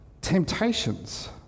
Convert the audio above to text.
temptations